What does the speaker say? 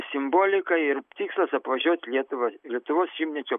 simbolika ir tikslas apvažiuot lietuvą lietuvos šimtmečio